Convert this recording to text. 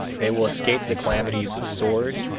they will escape the calamities of sword,